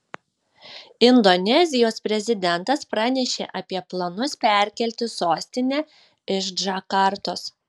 indonezijos prezidentas pranešė apie planus perkelti sostinę iš džakartos